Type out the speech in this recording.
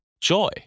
joy